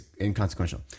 inconsequential